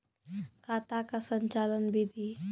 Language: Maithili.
खाता का संचालन बिधि?